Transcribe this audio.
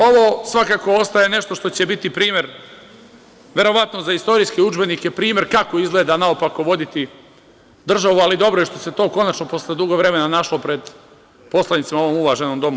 Ovo svakako ostaje nešto što će biti primer, verovatno za istorijske udžbenike, primer kako izgleda naopako voditi državu, ali dobro je što se to konačno posle duže vremena našlo pred poslanicima u ovom uvaženom domu.